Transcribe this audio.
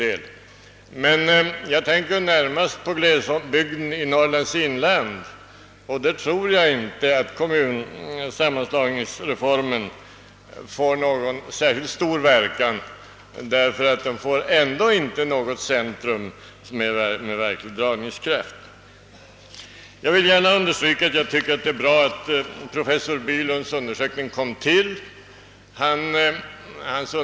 Jag tänker emellertid närmast på glesbygden i Norrlands inland, och där tror jag inte att kommunsammanslagningsreformen får någon särskilt stor verkan, eftersom man ändå inte får fram något centrum med verklig dragningskraft. Jag vill gärna understryka att jag tycker dei är bra att professor Bylund: undersökningar har kommit till.